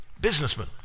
businessman